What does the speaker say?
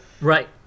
Right